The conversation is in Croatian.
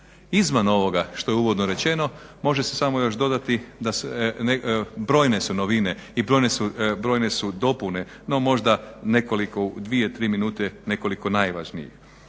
Izvan ovoga što je uvodno rečeno može se još samo dodati da su brojne novine i brojne su dopune. No možda nekoliko, dvije tri minute nekoliko najvažnijih.